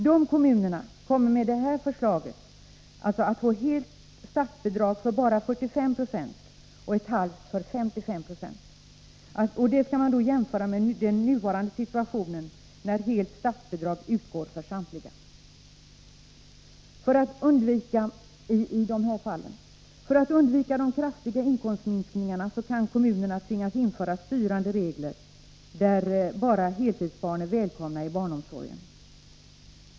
De kommunerna kommer med det här förslaget alltså att få helt statsbidrag för bara 45 90 och halvt för 55 26 av barnen. Det skall man jämföra med den nuvarande situationen, då helt statsbidrag utgår för samtliga. För att undvika de kraftiga inkomstminskningarna kan kommunerna tvingas införa styrande regler, så att bara heltidsbarn är välkomna i barnomsorgen.